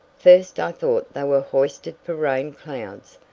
first i thought they were hoisted for rain clouds,